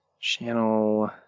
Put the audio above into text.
channel